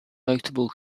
notable